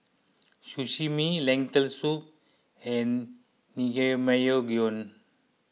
Sashimi Lentil Soup and Naengmyeon